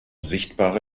sichtbare